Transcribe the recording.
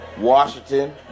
Washington